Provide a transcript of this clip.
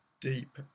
deep